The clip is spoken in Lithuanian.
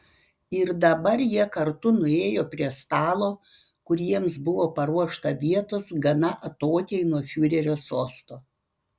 ir dabar jie kartu nuėjo prie stalo kur jiems buvo paruošta vietos gana atokiai nuo fiurerio sosto